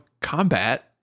combat